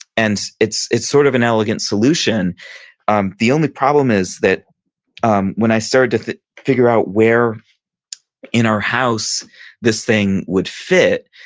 and it's it's sort of an elegant solution um the only problem is that um when i started to figure out where in our house this thing would fit.